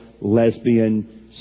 lesbian